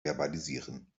verbalisieren